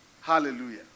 Hallelujah